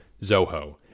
Zoho